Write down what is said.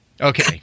Okay